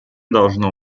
должно